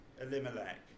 Elimelech